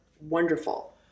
wonderful